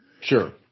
Sure